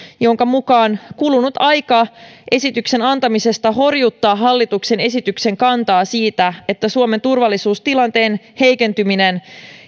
jonka mukaan kulunut aika esityksen antamisesta horjuttaa hallituksen esityksen kantaa siitä että suomen turvallisuustilanteen heikentyminen